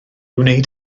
wneud